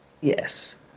Yes